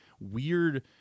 weird